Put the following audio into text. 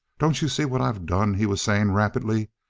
don't you see what i've done? he was saying rapidly.